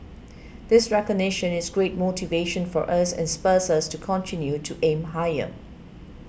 this recognition is great motivation for us and spurs us to continue to aim higher